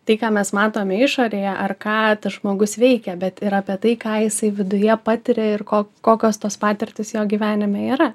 tai ką mes matome išorėje ar ką tas žmogus veikia bet ir apie tai ką jisai viduje patiria ir ko kokios tos patirtys jo gyvenime yra